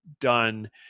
done